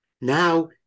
Now